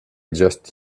just